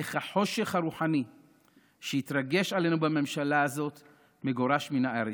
איך החושך הרוחני שהתרגש עלינו בממשלה הזאת מגורש מן הארץ.